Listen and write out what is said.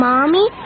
Mommy